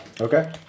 Okay